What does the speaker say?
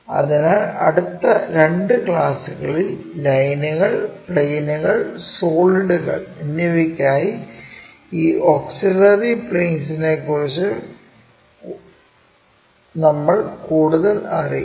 അതിനാൽ അടുത്ത രണ്ട് ക്ലാസുകളിൽ ലൈനുകൾ പ്ലെയിനുകൾ സോളിഡുകൾ എന്നിവയ്ക്കായി ഈ ഓക്സിലറി പ്ലെയിൻസിനെ കുറിച്ച് നമ്മൾ കൂടുതലറിയും